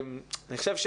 אגב,